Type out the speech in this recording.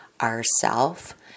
ourself